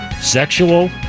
Sexual